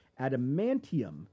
Adamantium